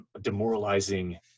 demoralizing